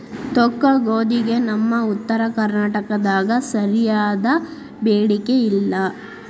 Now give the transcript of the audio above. ತೊಕ್ಕಗೋಧಿಗೆ ನಮ್ಮ ಉತ್ತರ ಕರ್ನಾಟಕದಾಗ ಸರಿಯಾದ ಬೇಡಿಕೆ ಇಲ್ಲಾ